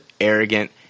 arrogant